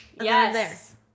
Yes